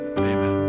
Amen